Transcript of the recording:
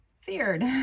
feared